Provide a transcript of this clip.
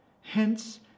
Hence